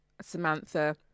samantha